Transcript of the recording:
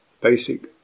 basic